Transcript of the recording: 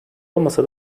olmasa